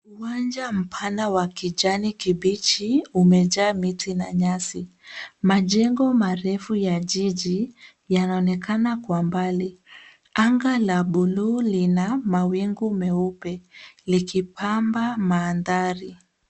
Uwanja mpana wa kijani kibichi umejaa miti na nyasi. Majengo marefu ya jiji yanaonekana kwa mbali. Anga la buluu lina mawingu meupe likipamba mandhari.